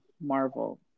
marvel